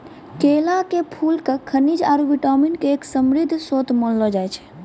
केला के फूल क खनिज आरो विटामिन के एक समृद्ध श्रोत मानलो जाय छै